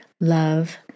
love